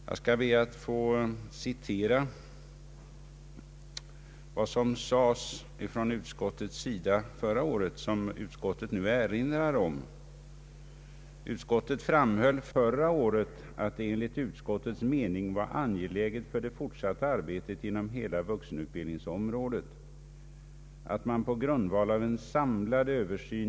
Jag skall be att få citera vad statsutskottet sade förra året — något som utskottet nu erinrar om: ”Utskottet framhöll förra året att det enligt utskottets mening var angeläget för det fortsatta arbetet inom hela vuxenutbildningsområdet att man på grundval av en samlad översyn bildade Ang.